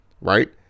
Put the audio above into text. right